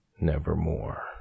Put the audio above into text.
Nevermore